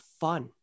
fun